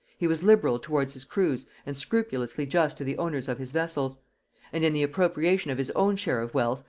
he was liberal towards his crews and scrupulously just to the owners of his vessels and in the appropriation of his own share of wealth,